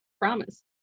Promise